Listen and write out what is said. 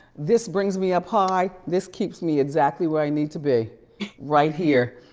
this brings me up high, this keeps me exactly where i need to be right here,